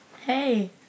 Hey